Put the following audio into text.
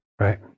Right